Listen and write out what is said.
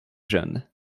jeunes